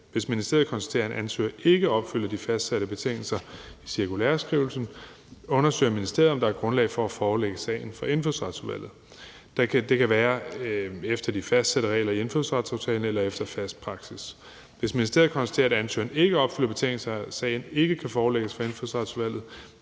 Hvis ministeriet konstaterer, at en ansøger ikke opfylder de fastsatte betingelser i cirkulæreskrivelsen, undersøger ministeriet, om der er grundlag for at forelægge sagen for Indfødsretsudvalget. Det kan være efter de fastsatte regler i indfødsretsaftalen eller efter fast praksis. Hvis ministeriet konstaterer, at ansøgeren ikke opfylder betingelserne og sagen ikke kan forelægges for Indfødsretsudvalget,